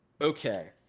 Okay